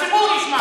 הציבור ישמע.